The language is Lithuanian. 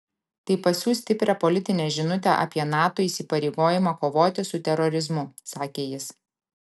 tai pasiųs stiprią politinę žinutę apie nato įsipareigojimą kovoti su terorizmu sakė jis